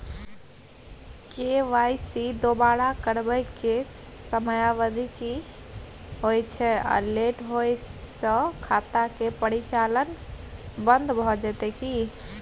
KYC दोबारा करबै के समयावधि की होय छै आ लेट होय स खाता के परिचालन बन्द भ जेतै की?